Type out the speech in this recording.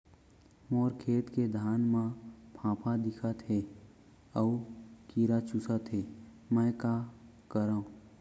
मोर खेत के धान मा फ़ांफां दिखत हे अऊ कीरा चुसत हे मैं का करंव?